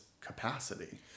capacity